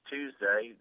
Tuesday